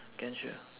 can sure